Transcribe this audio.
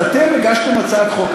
אבל אתם הגשתם הצעת חוק.